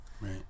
Right